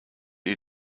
you